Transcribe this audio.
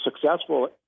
successful